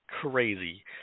crazy